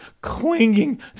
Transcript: clinging